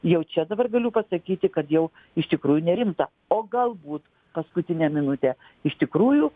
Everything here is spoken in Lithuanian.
jau čia dabar galiu pasakyti kad jau iš tikrųjų nerimta o galbūt paskutinę minutę iš tikrųjų